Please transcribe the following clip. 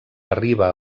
arriba